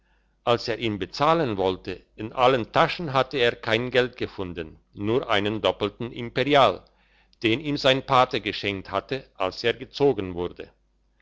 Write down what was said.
als er ihn bezahlen wollte in allen taschen hatte er kein geld gefunden nur einen doppelten imperial den ihm sein pate geschenkt hatte als er gezogen wurde